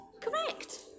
Correct